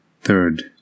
Third